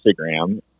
Instagram